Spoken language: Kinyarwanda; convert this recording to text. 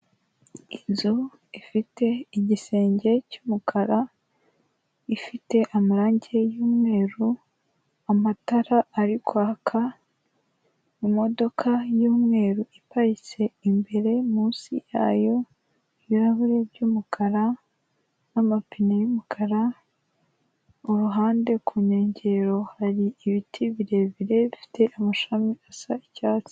Inzu ifite igisenge cy'umukara, ifite amarange y'umweru, amatara ari kwaka, imodoka y'umweru iparitse imbere, munsi yayo ibirahure by'umukara, amapine y'umukara, uruhande ku nkengero hari ibiti birebire bifite amashami y'icyatsi.